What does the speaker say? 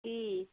কি